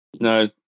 no